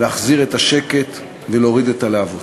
להחזיר את השקט ולהוריד את הלהבות.